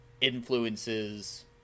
influences